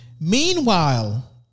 Meanwhile